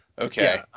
okay